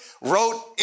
wrote